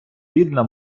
рідна